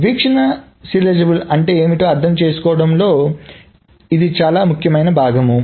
కాబట్టి వీక్షణ సీరియలైజబుల్ అంటే ఏమిటో అర్థం చేసుకోవడంలో ఇది చాలా ముఖ్యమైన భాగం